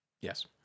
Yes